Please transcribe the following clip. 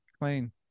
Clean